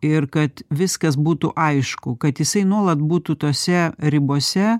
ir kad viskas būtų aišku kad jisai nuolat būtų tose ribose